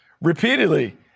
repeatedly